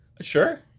sure